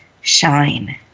shine